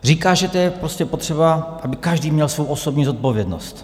Říká, že je prostě potřeba, aby každý měl svou osobní zodpovědnost.